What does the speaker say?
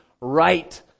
right